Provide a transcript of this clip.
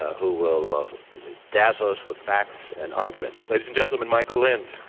who will dazzle us with facts and argument. ladies and gentlemen, michael lind.